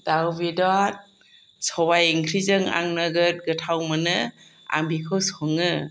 दाउ बेदर सबाय ओंख्रिजों आं नोगोद गोथाव मोनो आं बेखौ सङो